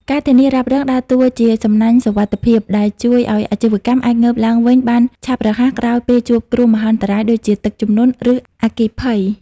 ការធានារ៉ាប់រងដើរតួជា "សំណាញ់សុវត្ថិភាព" ដែលជួយឱ្យអាជីវកម្មអាចងើបឡើងវិញបានឆាប់រហ័សក្រោយពេលជួបគ្រោះមហន្តរាយ ដូចជាទឹកជំនន់ ឬអគ្គិភ័យ។